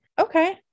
Okay